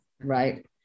right